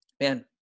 Man